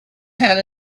had